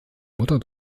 mutter